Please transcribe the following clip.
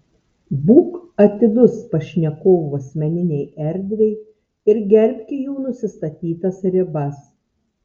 būk atidus pašnekovų asmeninei erdvei ir gerbki jų nusistatytas ribas